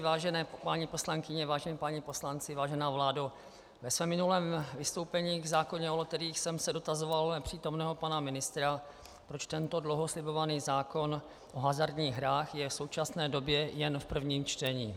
Vážené paní poslankyně, vážení páni poslanci, vážená vládo, ve svém minulém vystoupení k zákona o loteriích jsem se dotazoval nepřítomného pana ministra, proč tento dlouho slibovaný vládní zákon o hazardních hrách je v současné době jen v prvním čtení.